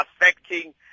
affecting